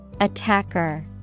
Attacker